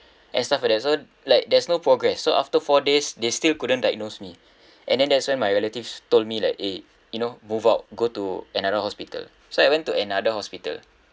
and stuff like that so like there's no progress so after four days they still couldn't diagnose me and then that's when my relatives told me like eh you know move out go to another hospital so I went to another hospital